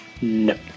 No